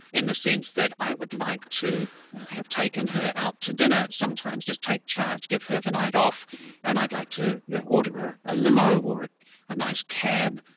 in the sense that i would like to have taken her out to dinner sometimes, just take charge, give her the night off and i'd like to yeah order a limo or a nice cab,